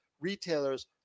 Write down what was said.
retailers